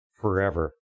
forever